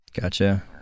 Gotcha